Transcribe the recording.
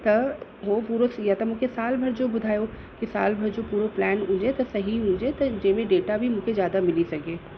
त उहो पूरो सही आहे त मूंखे साल भरिजो ॿुधायो कि साल भर मुंहिंजो पूरो प्कैन हुजे त सही हुजे त जंहिं में डेटा बि मूंखे ज़्यादा मिली सघे